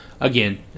again